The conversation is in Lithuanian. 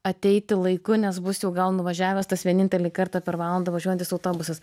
ateiti laiku nes bus jau gal nuvažiavęs tas vienintelį kartą per valandą važiuojantis autobusas